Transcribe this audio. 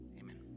Amen